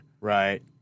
right